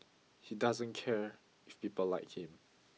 he doesn't care if people like him